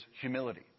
humility